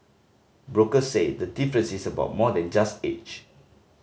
brokers say the difference is about more than just age